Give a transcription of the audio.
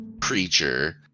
creature